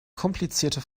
komplizierte